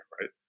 right